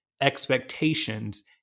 expectations